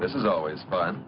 this is always fun